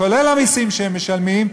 כולל המסים שהם משלמים,